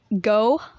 go